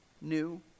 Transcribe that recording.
new